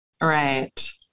Right